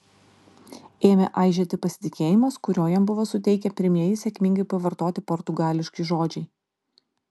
ėmė aižėti pasitikėjimas kurio jam buvo suteikę pirmieji sėkmingai pavartoti portugališki žodžiai